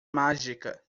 mágica